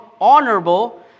honorable